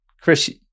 chris